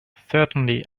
certainly